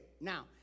Now